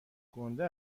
گنده